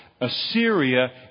Assyria